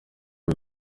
uru